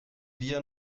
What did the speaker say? wir